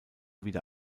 wieder